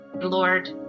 Lord